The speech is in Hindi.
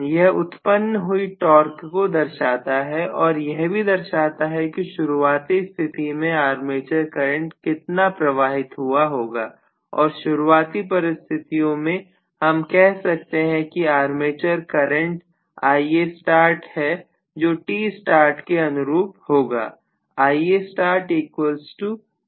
यह उत्पन्न हुई टॉर्च को दर्शाता है और यह भी दर्शाता है कि शुरुआती स्थिति में आर्मेचर करंट कितना प्रवाहित हुआ होगा और शुरुआती परिस्थितियों में हम कह सकते हैं कि आर्मेचर करंट Ia start है जो Tstart के अनुरूप होगा